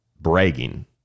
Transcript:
bragging